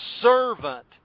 servant